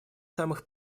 самых